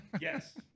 Yes